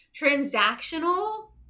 transactional